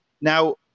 Now